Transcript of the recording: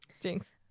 Jinx